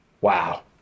Wow